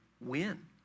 win